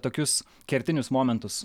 tokius kertinius momentus